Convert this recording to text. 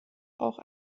auch